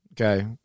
Okay